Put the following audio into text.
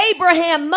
Abraham